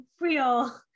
real